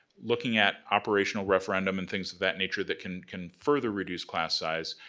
looking at operational referendum and things of that nature that can can further reduce class size,